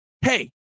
hey